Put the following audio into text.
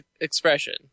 expression